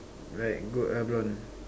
like gold or blonde